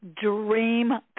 dream